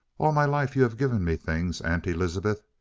all my life you've given me things, aunt elizabeth.